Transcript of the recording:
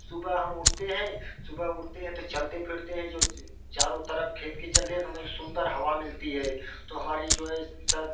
सुबह हम उठते हैं सुबह हम उठते हैं तो चलते फिरते हैं जो चारों तरफ खेत के चलते हमें सुंदर हवा मिलती है तो हमारी जो है